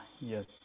yes